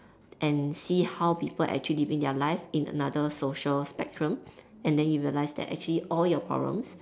and see how people actually living their life in another social spectrum and then you realise that actually all your problems